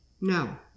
No